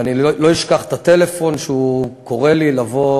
ואני לא אשכח את הטלפון, שהוא קורא לי לבוא